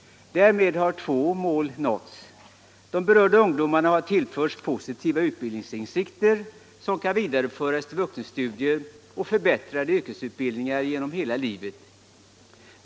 Därmed har två mål nåtts. De berörda ungdomarna har tillförts positiva utbildningsinsikter, som kan vidareföra till vuxenstudier och förbättrade yrkesutbildningar genom hela livet.